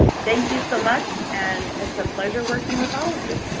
thank you so much and it's a pleasure working with all of you.